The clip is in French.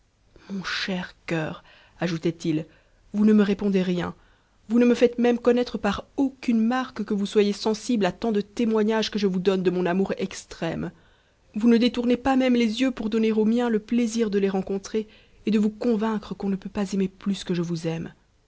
mon cher cœur ajoutait-il vous ne me répondez rien vous ne me faites même connaître par aucune marque que vous soyez sensible à tant de témoignages que je vous donne de mon amour extrême vous ne détournez pas même les yeux pour donner aux miens le plaisir de les rencontrer et de vous convaincre qu'on ne peut pas aimer plus que je vous aime